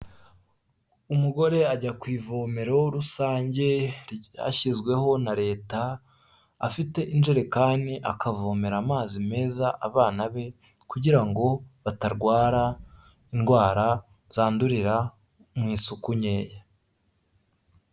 Umugore ajya ku ivomero rusange ryashyizweho na leta afite injerekani akavomera amazi meza abana be kugira ngo batarwara indwara zandurira mu isuku nkeya.